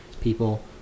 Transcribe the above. people